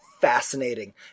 fascinating